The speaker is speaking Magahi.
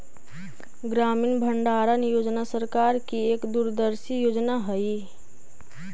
ग्रामीण भंडारण योजना सरकार की एक दूरदर्शी योजना हई